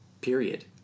period